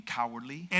cowardly